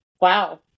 Wow